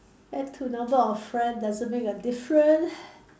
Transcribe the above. add to number of friend doesn't make a different